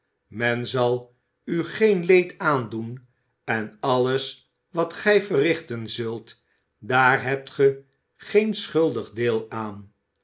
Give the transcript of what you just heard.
men zal u geen leed aandoen en alles wat gij verrichten zult daar hebt ge geen schuldig deel aan